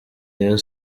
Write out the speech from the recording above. rayon